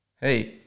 hey